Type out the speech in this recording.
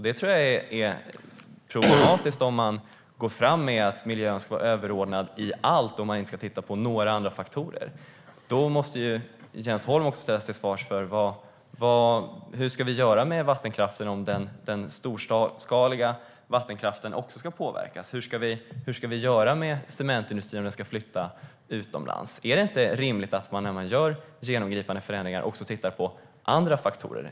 Det tror jag blir problematiskt om miljöansvaret ska vara överordnat i allt. Om man inte ska titta på några andra faktorer måste Jens Holm svara på frågan: Hur ska vi göra med vattenkraften om också den storskaliga vattenkraften påverkas, och hur vi ska göra med cementindustrin, om den ska flytta utomlands? Är det inte rimligt att man när man gör genomgripande förändringar också tittar på andra faktorer?